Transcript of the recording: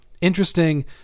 interesting